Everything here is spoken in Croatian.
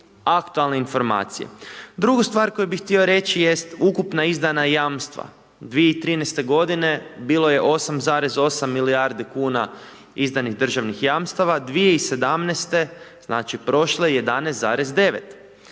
aktualne informacije. Drugu stvar koju bih htio reći jest ukupna izdana jamstva, 2013. godine bilo je 8,8 milijardi kuna izdanih državnih jamstava, 2017., znači prošle, 11,9.